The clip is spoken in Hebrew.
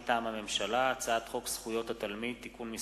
מטעם הממשלה: הצעת חוק זכויות התלמיד (תיקון מס'